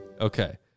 Okay